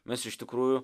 mes iš tikrųjų